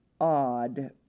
odd